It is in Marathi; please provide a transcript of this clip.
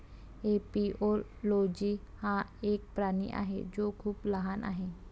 एपिओलोजी हा एक प्राणी आहे जो खूप लहान आहे